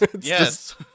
Yes